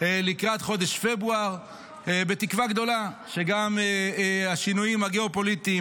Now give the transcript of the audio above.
לקראת חודש פברואר בתקווה גדולה שגם השינויים הגאו-פוליטיים